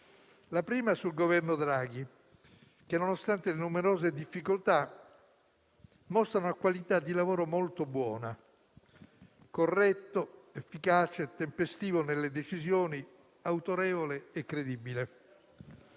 La prima è sul Governo Draghi che, nonostante numerose difficoltà, mostra una qualità di lavoro molto buona: corretto, efficace e tempestivo nelle decisioni, autorevole e credibile.